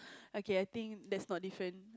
okay I think that's not different